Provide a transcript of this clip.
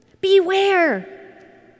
beware